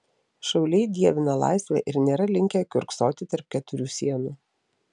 šauliai dievina laisvę ir nėra linkę kiurksoti tarp keturių sienų